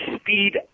speed